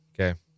Okay